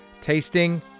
tasting